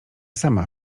sama